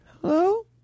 hello